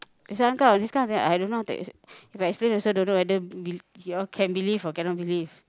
this kind of thing I don't know how to ex~ if explain also you all can believe or cannot believe